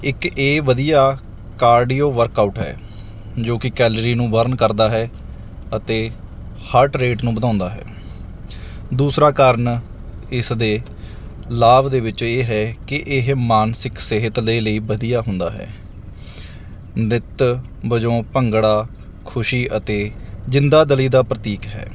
ਇੱਕ ਇਹ ਵਧੀਆ ਕਾਰਡੀਓ ਵਰਕਆਊਟ ਹੈ ਜੋ ਕਿ ਕੈਲਰੀ ਨੂੰ ਬਰਨ ਕਰਦਾ ਹੈ ਅਤੇ ਹਰਟ ਰੇਟ ਨੂੰ ਵਧਾਉਂਦਾ ਹੈ ਦੂਸਰਾ ਕਾਰਨ ਇਸ ਦੇ ਲਾਭ ਦੇ ਵਿੱਚ ਇਹ ਹੈ ਕਿ ਇਹ ਮਾਨਸਿਕ ਸਿਹਤ ਦੇ ਲਈ ਵਧੀਆ ਹੁੰਦਾ ਹੈ ਨ੍ਰਿੱਤ ਵਜੋਂ ਭੰਗੜਾ ਖੁਸ਼ੀ ਅਤੇ ਜ਼ਿੰਦਾ ਦਿਲੀ ਦਾ ਪ੍ਰਤੀਕ ਹੈ